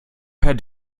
per